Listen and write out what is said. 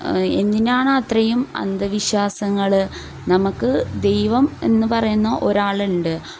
എന്തിനാണ് അത്രയും അന്ധവിശ്വാസങ്ങൾ നമുക്ക് ദൈവം എന്ന് പറയുന്ന ഒരാളുണ്ട്